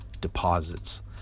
deposits